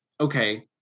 Okay